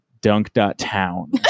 dunk.town